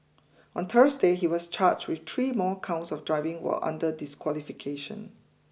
on Thursday he was charged with three more counts of driving while under disqualification